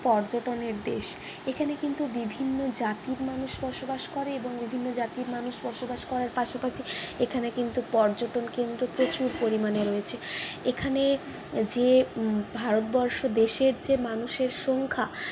পর্যটনের দেশ এখানে কিন্তু বিভিন্ন জাতির মানুষ বসবাস করে এবং বিভিন্ন জাতির মানুষ বসবাস করার পাশাপাশি এখানে কিন্তু পর্যটন কেন্দ্র প্রচুর পরিমাণে রয়েছে এখানে যে ভারতবর্ষ দেশের যে মানুষের সংখ্যা